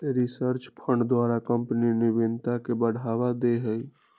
research fund द्वारा company नविनता के बढ़ावा दे हइ